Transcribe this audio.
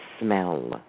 smell